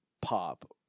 pop